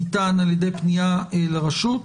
ניתן על-ידי פנייה לרשות.